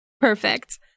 Perfect